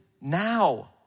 now